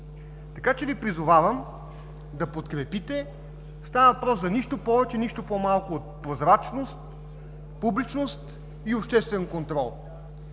водихме. Призовавам Ви да подкрепите. Става въпрос за нищо повече или по-малко от прозрачност, публичност и обществен контрол.